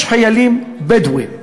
יש חיילים בדואים,